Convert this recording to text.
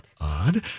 odd